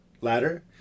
ladder